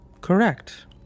Correct